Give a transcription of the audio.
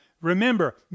Remember